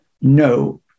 no